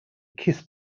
kiss